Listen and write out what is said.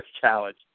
challenge